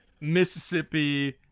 Mississippi